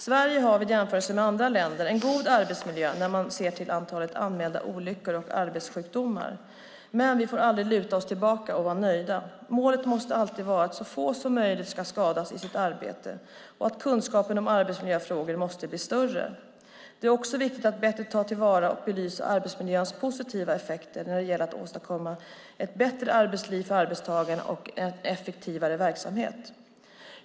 Sverige har vid jämförelser med andra länder en god arbetsmiljö när man ser till antalet anmälda olyckor och arbetssjukdomar. Men vi får aldrig luta oss tillbaka och vara nöjda. Målet måste alltid vara att så få som möjligt ska skadas i sitt arbete och att kunskapen om arbetsmiljöfrågor måste bli större. Det är också viktigt att bättre ta till vara och belysa arbetsmiljöns positiva effekter när det gäller att åstadkomma ett bättre arbetsliv för arbetstagarna och effektivare verksamheter.